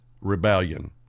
rebellion